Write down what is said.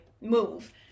move